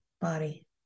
body